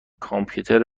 کامپیوتر